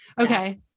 okay